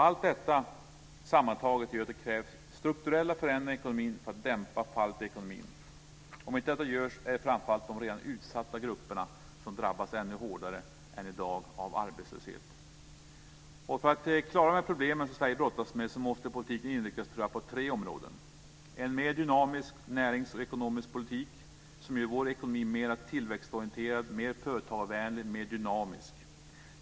Allt detta sammantaget gör att det krävs strukturella förändringar i ekonomin för att dämpa fallet. Om inte detta görs kommer framför allt de redan utsatta grupperna att drabbas ännu hårdare än i dag av arbetslöshet. För klara de problem som Sverige brottas med tror jag att politiken måste inriktas på tre områden. För det första på en mer dynamisk näringspolitik och ekonomisk politik som gör vår ekonomi mer tillväxtorienterad, mer företagarvänlig och mer dynamisk.